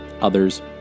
others